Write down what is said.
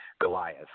Goliath